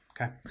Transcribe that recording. Okay